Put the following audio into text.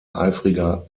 eifriger